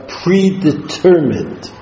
predetermined